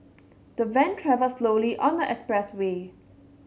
the van travelled slowly on the expressway